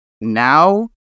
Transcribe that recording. now